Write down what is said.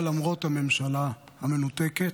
למרות הממשלה המנותקת,